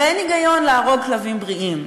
הרי אין היגיון להרוג כלבים בריאים.